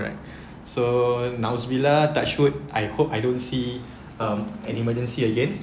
right so nauzubillah touch wood I hope I don't see um any emergency again